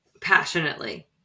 passionately